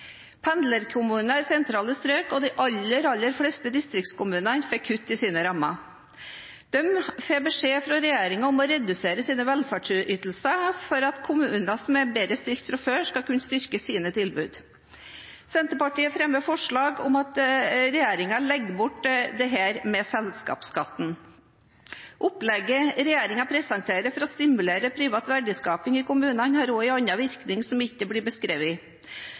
Pendlerkommuner i sentrale strøk og de aller fleste distriktskommuner fikk kutt i sine rammer. De får beskjed fra regjeringen om å redusere sine velferdsytelser for at kommuner som er bedre stilt fra før, skal kunne styrke sine tilbud. Senterpartiet fremmer forslag om at regjeringen legger bort forslaget til omlegging av selskapsskatten. Opplegget regjeringen presenterer for å stimulere privat verdiskaping i kommunene, har også en annen virkning som ikke blir beskrevet,